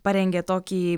parengė tokį